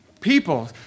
people